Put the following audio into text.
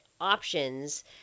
options